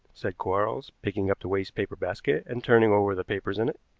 said quarles, picking up the waste-paper basket and turning over the papers in it.